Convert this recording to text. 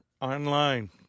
online